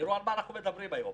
תראו על מה אנחנו מדברים היום.